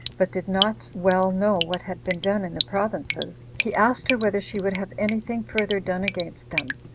but did not well know what had been done in the provinces, he asked her whether she would have any thing further done against them,